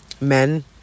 Men